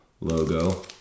logo